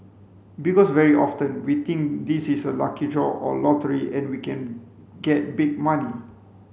because very often we think this is a lucky draw or lottery and we can get big money